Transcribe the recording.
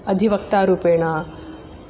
अधिवक्तारूपेण